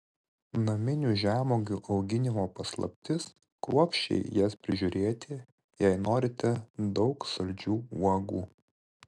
naminių žemuogių auginimo paslaptis kruopščiai jas prižiūrėti jei norite daug saldžių uogų